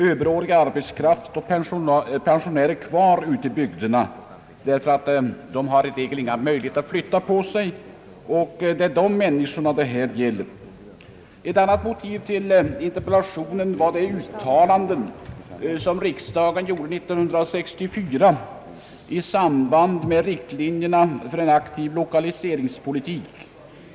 Överårig arbetskraft och pensionärer blir också kvar därför att de i regel inte har några möjligheter att flytta på sig. Det är de människorna det här gäller. Ett annat motiv till interpellationen var de uttalanden som riksdagen gjorde år 1964 i samband med beslutet om riktlinjer för en aktiv lokaliseringspolitik.